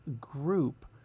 group